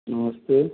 नमस्ते